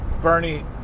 Bernie